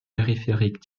périphériques